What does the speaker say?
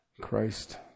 Christ